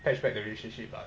patch back the relationship but